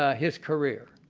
ah his career.